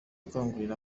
akangurira